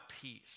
peace